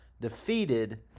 defeated